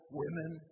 women